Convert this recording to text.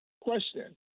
question